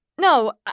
No